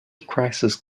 crisis